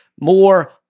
More